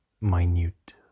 minute